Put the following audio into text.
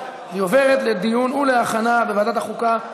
והיא עוברת לדיון ולהכנה לוועדת החוקה,